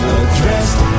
addressed